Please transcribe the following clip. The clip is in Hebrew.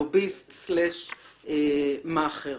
לוסביסט/מאכער.